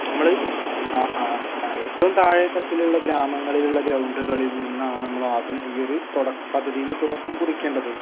നമ്മൾ ഏറ്റവും താഴേ തട്ടിലുള്ള ഗ്രാമങ്ങളിലുള്ള ഗ്രൗണ്ടുകളിൽ നിന്നാണ് നമ്മളാദ്യം ഈ ഒരു തുടക്കം പകുതിയിൽ തുടക്കം കുറിക്കേണ്ടത്